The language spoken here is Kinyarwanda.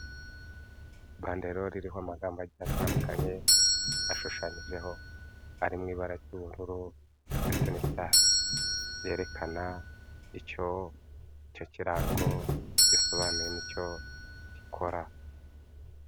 Banderole iriho amagambo agiye atandukanye ashushanyijeho ari mu ibara ry'ubururu ndetse n'icyatsi ryerekana icyo icyo kirango gisobanuye n'icyo gikora.